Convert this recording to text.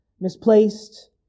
misplaced